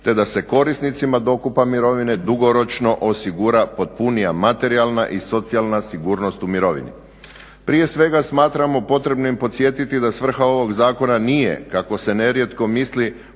te da se korisnicima dokupa mirovine dugoročno osigura potpunija materijalna i socijalna sigurnost u mirovini. Prije svega smatramo potrebnim podsjetiti da svrha ovog zakona nije kako se nerijetko misli